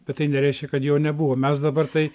bet tai nereiškia kad jo nebuvo mes dabar tai